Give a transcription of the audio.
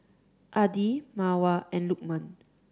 Adi Mawar and Lukman